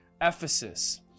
Ephesus